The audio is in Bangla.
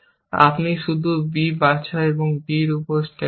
আপনি শুধু b বাছাই এবং d উপর স্ট্যাক হবে